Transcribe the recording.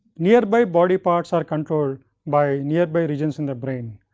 nearby body parts are controlled by nearby regions in the brain.